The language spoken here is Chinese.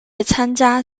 参加